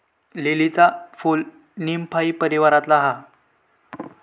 लीलीचा फूल नीमफाई परीवारातला हा